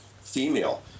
female